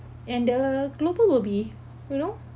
and the global will be you know